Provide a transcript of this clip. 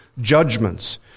judgments